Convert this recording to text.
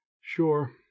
Sure